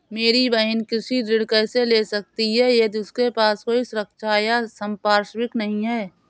मेरी बहिन कृषि ऋण कैसे ले सकती है यदि उसके पास कोई सुरक्षा या संपार्श्विक नहीं है?